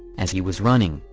as he was running,